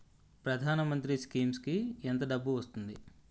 ప్రధాన మంత్రి స్కీమ్స్ కీ ఎంత డబ్బు వస్తుంది?